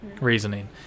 reasoning